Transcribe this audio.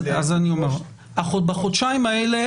בחודשיים האלה,